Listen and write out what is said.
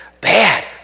bad